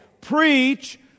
preach